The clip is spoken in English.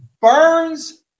burns